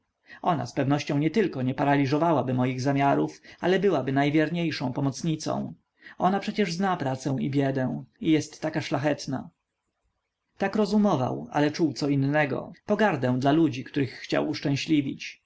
ona zpewnością nietylko nie paraliżowałaby moich zamiarów ale byłaby najwierniejszą pomocnicą ona przecież zna pracę i biedę i jest taka szlachetna tak rozumował ale czuł co innego pogardę dla ludzi których chciał uszczęśliwić